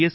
S